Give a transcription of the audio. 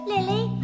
Lily